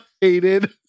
hated